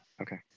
Okay